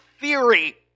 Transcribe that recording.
theory